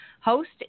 host